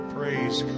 Praise